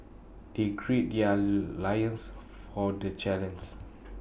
they gird their loins for the